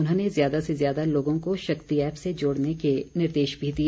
उन्होंने ज्यादा से ज्यादा लोगों को शक्ति ऐप से जोड़ने के निर्देश भी दिए